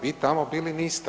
Vi tamo bili niste.